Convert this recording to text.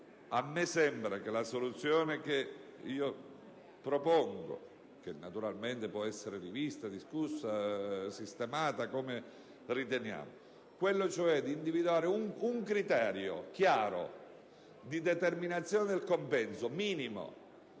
Quindi, la soluzione che io propongo (naturalmente può essere rivista, discussa o sistemata come riteniamo) è di individuare un criterio chiaro di determinazione del compenso minimo,